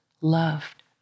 loved